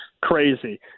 crazy